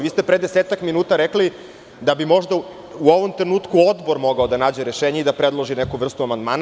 Vi ste pre desetak minuta rekli da bi možda u ovom trenutku Odbor mogao da nađe rešenje i da predloži neku vrstu amandmana.